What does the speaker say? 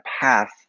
path